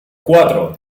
cuatro